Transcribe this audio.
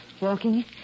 walking